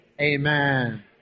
Amen